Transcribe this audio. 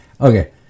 Okay